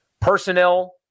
Personnel